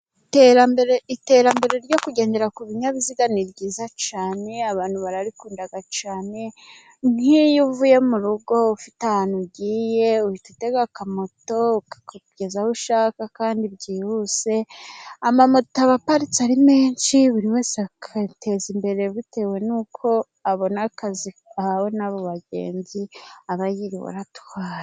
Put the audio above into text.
Iterambere iterambere ryo kugendera ku binyabiziga ni ryiza cyane abantu bararikunda cyane, nk'iyo uvuye mu rugo ufite ahantu ugiye uhita utega akamoto kakugeza aho ushaka kandi byihuse. Amamoto aba aparitse ari menshi buri wese akayateza imbere, bitewe n'uko abona akazi ahawe n'abo bagenzi aba yiriwe aratwara.